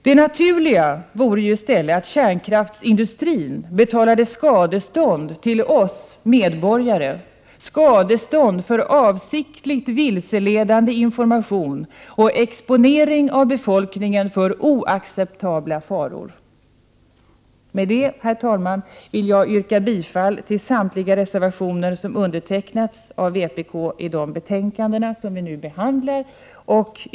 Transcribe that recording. Det naturliga vore ju i stället att kärnkraftsindustrin betalade skadestånd till oss medborgare, dvs. skadestånd för avsiktligt vilseledande information och exponering av befolkningen för oacceptabla faror. Med detta, herr talman, vill jag yrka bifall till samtliga reservationer som undertecknats av vpk i de betänkanden som vi nu behandlar.